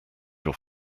your